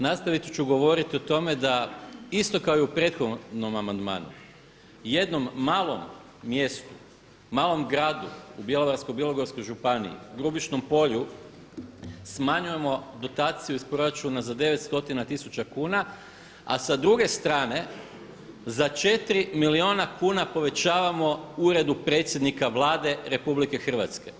Nastavit ću govoriti o tome da isto kao i u prethodnom amandmanu, jednom malom mjestu, malom gradu u Bjelovarsko-bilogorskoj županiji, Grubišnom Polju smanjujemo dotaciju iz proračuna za 900 tisuća kuna, a sa druge strane za 4 milijuna kuna povećavamo Uredu Predsjednika Vlade Republike Hrvatske.